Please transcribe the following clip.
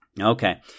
Okay